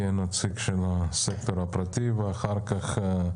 כנציג הסקטור הפרטי, בבקשה.